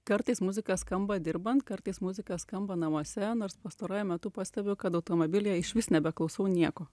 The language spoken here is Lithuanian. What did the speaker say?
kartais muzika skamba dirbant kartais muzika skamba namuose nors pastaruoju metu pastebiu kad automobilyje išvis nebeklausau nieko